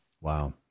Wow